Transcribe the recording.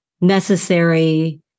necessary